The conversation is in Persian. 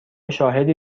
شاهدی